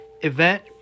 event